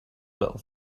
little